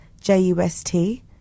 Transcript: J-U-S-T